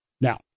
Now